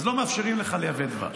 אז לא מאפשרים לך לייבא דבש.